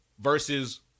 versus